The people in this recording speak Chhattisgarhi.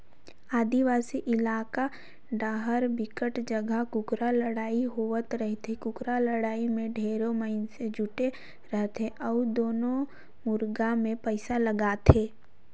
आदिवासी इलाका डाहर बिकट जघा कुकरा लड़ई होवत रहिथे, कुकरा लड़ाई में ढेरे मइनसे जुटे रथे अउ दूनों मुरगा मे पइसा लगाथे